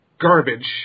garbage